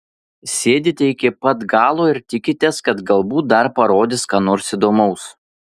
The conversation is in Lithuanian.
sėdite iki pat galo ir tikitės kad galbūt dar parodys ką nors įdomaus